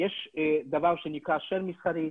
יש דבר שנקרא share מסחרי,